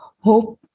Hope